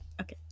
Okay